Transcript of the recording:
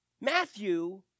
Matthew